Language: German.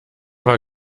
war